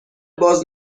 باز